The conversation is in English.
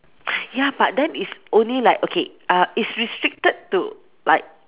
ya but then it's only like okay uh it's restricted to like